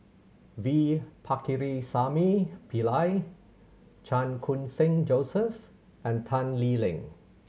V Pakirisamy Pillai Chan Khun Sing Joseph and Tan Lee Leng